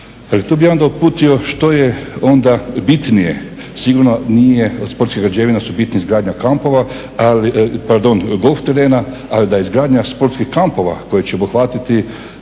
jel tu bi ja onda uputio što je onda bitnije, sigurno nije od sportskih građevina su bitni izgradnja kampova, pardon, golf terena, ali da je izgradnja sportskih kampova koji će obuhvatiti